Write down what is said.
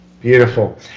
Beautiful